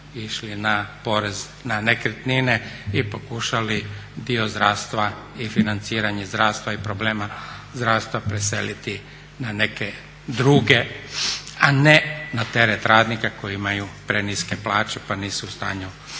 išli na porez na nekretnine i pokušali dio zdravstva i financiranje zdravstva i problema zdravstva preseliti na neke druge a ne na teret radnika koji imaju preniske plaće pa nisu u stanju